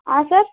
ಆಂ sir